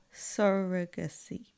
surrogacy